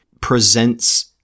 presents